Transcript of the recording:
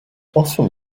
often